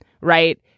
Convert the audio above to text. right